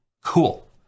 Cool